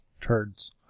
turds